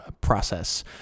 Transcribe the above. process